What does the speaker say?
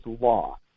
law